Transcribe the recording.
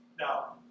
Now